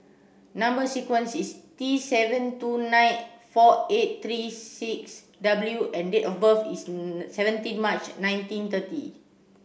number sequence is T seven two nine four eight three six W and date of birth is seventeen March nineteen thirty